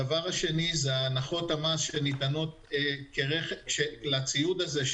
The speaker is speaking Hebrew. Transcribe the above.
הדבר השני הוא הנחות המס שניתנות לציוד הזה,